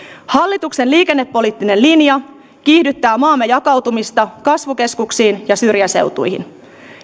hallituksen liikennepoliittinen linja kiihdyttää maamme jakautumista kasvukeskuksiin ja syrjäseutuihin